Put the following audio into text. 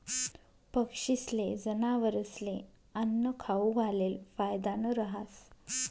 पक्षीस्ले, जनावरस्ले आन्नं खाऊ घालेल फायदानं रहास